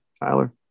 Tyler